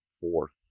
fourth